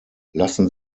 lassen